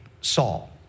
Saul